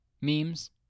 memes